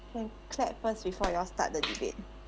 clap first before you all start the debate